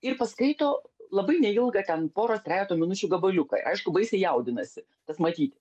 ir paskaito labai neilgą ten poros trejeto minučių gabaliuką aišku baisiai jaudinasi tas matyti